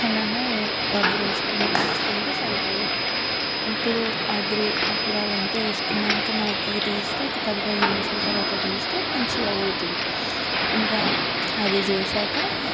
అలానే వదిలేసుకుంటే సరిపోయిది ఇప్పుడు అప్పుడు ఆ గ్రే అదంతా వేసుకున్నాక మనకు తీస్తే ఒక పది పదిహేను నిమిషాల తర్వాత తీస్తే మంచిగా అవుతుంది ఇంకా అది చేసాక